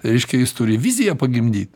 reiškia jis turi viziją pagimdyt